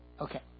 Okay